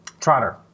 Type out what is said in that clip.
Trotter